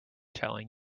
telling